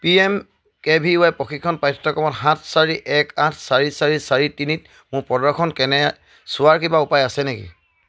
P M K V Y প্ৰশিক্ষণ পাঠ্যক্ৰমত সাত চাৰি এক আঠ চাৰি চাৰি চাৰি তিনিত মোৰ প্ৰদৰ্শন কেনে চোৱাৰ কিবা উপায় আছে নেকি